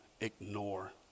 ignore